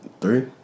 Three